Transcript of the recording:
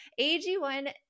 AG1